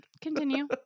Continue